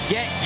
Get